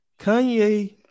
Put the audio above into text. Kanye